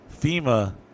FEMA